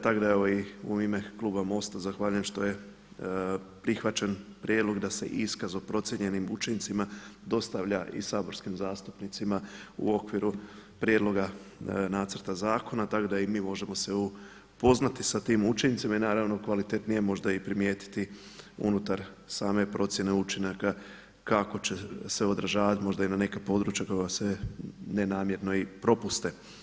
Tako da evo i u ime kluba MOST-a zahvaljujem što je prihvaćen prijedlog da se i iskaz o procijenjenim učincima dostavlja i saborskim zastupnicima u okviru prijedloga nacrta zakona tako da i mi možemo se upoznati sa tim učincima i naravno kvalitetnijem možda i primijetiti unutar same procjene učinaka kako će se odražavati možda i na neka područja koja se nenamjerno i propuste.